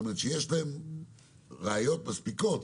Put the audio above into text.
שיש להם ראיות מספיקות,